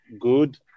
good